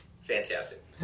Fantastic